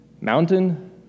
mountain